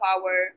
power